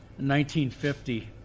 1950